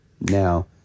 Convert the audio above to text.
Now